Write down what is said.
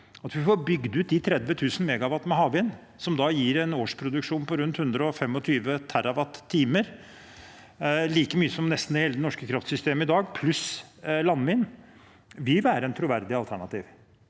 at vi får bygd ut de 30 000 MW med havvind, som da gir en årsproduksjon på rundt 125 TWh, like mye som nesten hele det norske kraftsystemet i dag, pluss landing, vil være et troverdig alternativ.